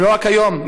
ולא רק היום,